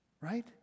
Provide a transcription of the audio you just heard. Right